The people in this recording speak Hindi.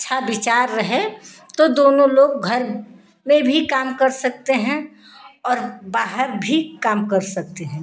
अच्छा विचार रहे तो दोनों लोग घर में भी काम कर सकते हैं और बाहर भी काम कर सकते हैं